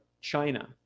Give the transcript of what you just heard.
China